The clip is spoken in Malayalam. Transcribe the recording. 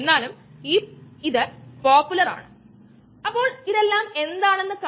കാരണം ആളുകൾ പലപ്പോഴും ഇവ തമ്മിൽ ആശയക്കുഴപ്പത്തിലാക്കുന്നു